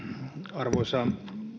arvoisa